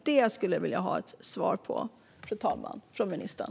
Det skulle jag vilja ha ett svar på från ministern.